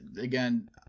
again